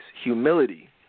Humility